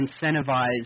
incentivize